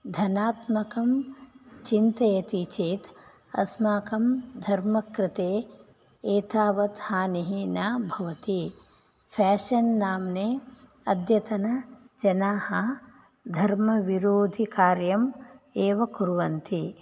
धनात्मकं चिन्तयति चेत् अस्माकं धर्मकृते एतावत् हानिः न भवति फ़ेशन् नाम्नि अद्यतनजनाः धर्मविरोधिकार्यम् एव कुर्वन्ति